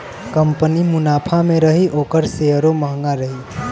company मुनाफा मे रही ओकर सेअरो म्हंगा रही